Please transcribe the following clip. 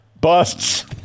Busts